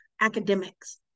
academics